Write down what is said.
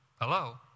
Hello